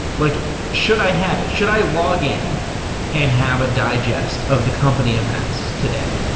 like should i have it? should i log in and have a digest of the company events today?